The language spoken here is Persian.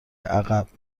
عقب